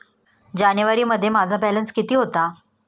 जानेवारीमध्ये माझा बॅलन्स किती होता?